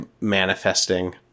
manifesting